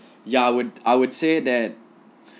ya I would I would say that